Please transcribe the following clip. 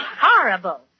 horrible